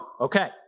Okay